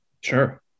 Sure